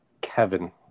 Kevin